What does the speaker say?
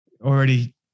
already